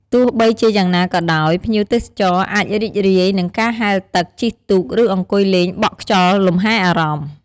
ទោះបីជាយ៉ាងណាក៏ដោយភ្ញៀវទេសចរអាចរីករាយ នឹងការហែលទឹក ជិះទូក ឬអង្គុយលេងបក់ខ្យល់លម្ហែអារម្មណ៍។